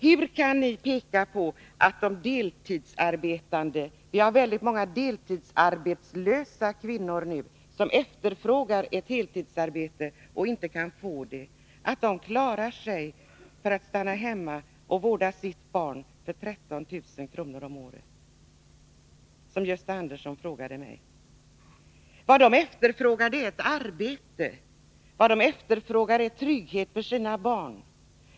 Hur kan ni peka på att de deltidsarbetande — vi har väldigt många deltidsarbetslösa kvinnor nu, som efterfrågar ett heltidsarbete men inte kan få det — skall klara av att stanna hemma och vårda sitt barn för 13 000 kr. om året? Gösta Andersson ställde en sådan fråga till mig. Vad de efterfrågar är ett arbete. Vad de efterfrågar är trygghet för sina barn.